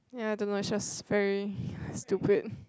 ya I don't know it's just very stupid